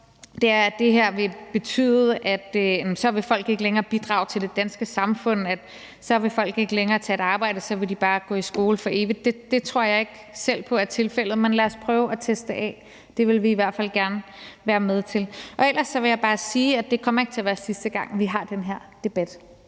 her vil betyde, at folk ikke længere vil bidrage til det danske samfund, eller at folk ikke længere vil tage et arbejde og så bare vil gå i skole for evigt. Det tror jeg ikke selv på er tilfældet. Men lad os prøve at teste det af. Det vil vi i hvert fald gerne være med til. Ellers vil jeg bare sige, at det ikke kommer til at være sidste gang, at vi har den her debat.